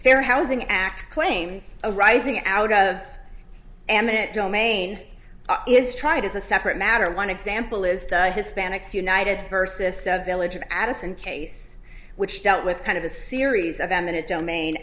fair housing act claims arising out of amyt domain is tried is a separate matter one example is the hispanics united versus village of addison case which dealt with kind of a series of eminent domain